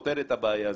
ופותר את הבעיה הזאת.